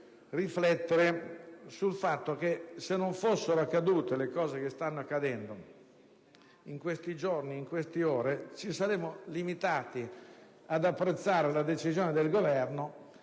riflettere sul fatto che, se non fossero accadute le cose che stanno accadendo in questi giorni e in queste ore, ci saremmo limitati ad apprezzare la decisione del Governo,